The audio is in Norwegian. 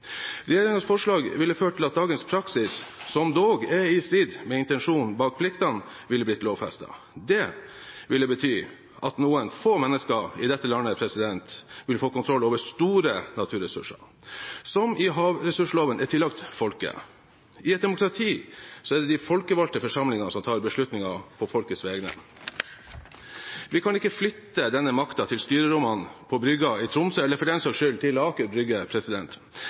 forslag ville ført til at dagens praksis, som dog er i strid med intensjonen bak pliktene, ville blitt lovfestet. Det ville bety at noen få mennesker i dette landet ville få kontroll over store naturressurser, som i havressursloven er tillagt folket. I et demokrati er det de folkevalgte forsamlingene som tar beslutninger på folkets vegne. Vi kan ikke flytte denne makten til styrerommene, til brygga i Tromsø eller for den saks skyld til Aker brygge.